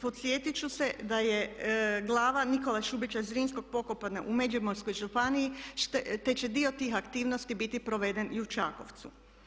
Podsjetit ću se da je glava Nikole Šubića Zrinskog pokopana u Međimurskoj županiji, te će dio tih aktivnosti biti proveden i u Čakovcu.